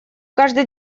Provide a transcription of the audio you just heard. каждый